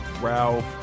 Ralph